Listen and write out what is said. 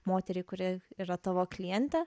moteriai kuri yra tavo klientė